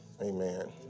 Amen